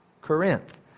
Corinth